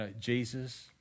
Jesus